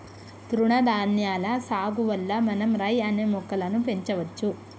తృణధాన్యాల సాగు వల్ల మనం రై అనే మొక్కలను పెంచవచ్చు